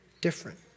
different